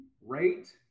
rate